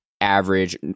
average